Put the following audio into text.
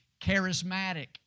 charismatic